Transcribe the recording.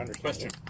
Question